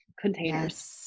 containers